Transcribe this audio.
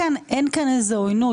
איזו עוינות.